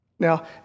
Now